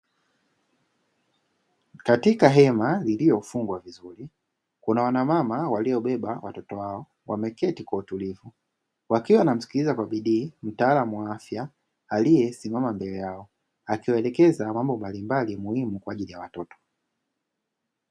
Katika hema lililofungwa vizuri, kuna wana mama waliobeba watoto wao wameketi kwa utulivu wakiwa wanamsikiliza kwa bidii, mtaalamu wa afya aliyesimama mbele yao akiwaelekeza mambo mbalimbali muhimu kwa ajili ya watoto.